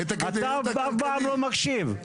אתה אף פעם לא מקשיב.